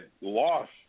lost